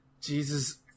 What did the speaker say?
Jesus